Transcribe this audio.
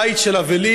בית של אבלים,